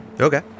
Okay